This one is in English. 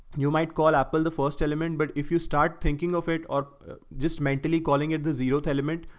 you might call apple the first element, but if you start thinking of it or just mentally calling it the zero element,